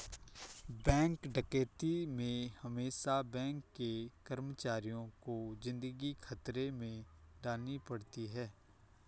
bank डकैती में हमेसा बैंक के कर्मचारियों को जिंदगी खतरे में डालनी पड़ती है